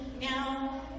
now